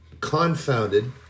confounded